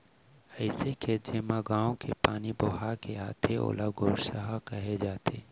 अइसन खेत जेमा गॉंव के पानी बोहा के आथे ओला गोरसहा कहे जाथे